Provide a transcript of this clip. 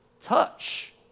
touch